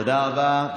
תודה רבה.